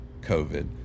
COVID